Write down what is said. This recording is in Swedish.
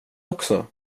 också